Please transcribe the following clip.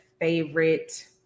favorite